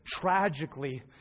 tragically